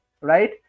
right